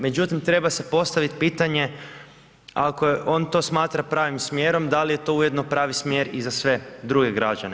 Međutim, treba se postaviti pitanje ako on to smatra pravim smjerom, da li je to ujedno pravi smjer i za sve druge građane.